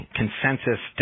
consensus